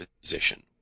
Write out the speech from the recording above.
position